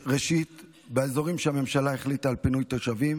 ראשית, באזורים שהממשלה החליטה על פינוי תושבים,